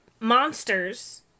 Monsters